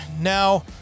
Now